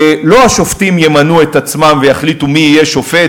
החליט שלא השופטים ימנו את עצמם ויחליטו מי יהיה שופט,